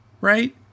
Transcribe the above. Right